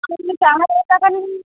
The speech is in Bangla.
আপনি চার হাজার টাকা নি